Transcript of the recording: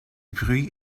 bruit